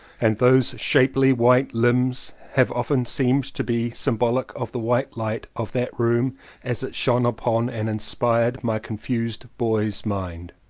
and those shapely white limbs have often seemed to be sym bolic of the white light of that room as it shone upon and inspired my confused boy's mind.